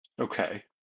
Okay